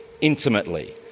intimately